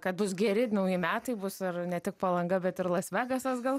kad bus geri nauji metai bus ir ne tik palanga bet ir las vegasas gal